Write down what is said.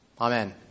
Amen